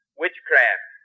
witchcraft